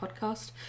podcast